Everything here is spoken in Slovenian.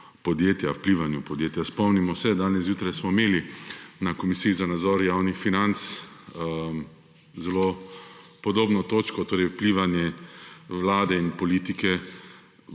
podjetja, vplivanju podjetja. Spomnimo se, danes zjutraj smo imeli na Komisiji za nadzor javnih financ zelo podobno točko, torej vplivanje Vlade in politike